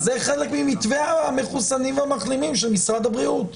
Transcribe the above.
אז זה חלק ממתווה המחוסנים והמחלימים של משרד הבריאות.